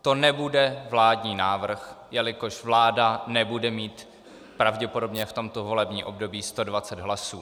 To nebude vládní návrh, jelikož vláda nebude mít pravděpodobně v tomto volebním období 120 hlasů.